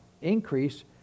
increase